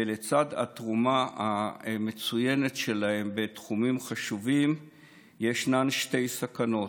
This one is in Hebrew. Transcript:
ולצד התרומה המצוינת שלהם בתחומים חשובים ישנן שתי סכנות.